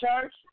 church